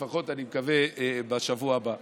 אני מקווה, בשבוע הבא.